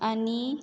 आनी